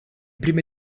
prime